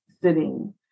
sitting